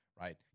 Right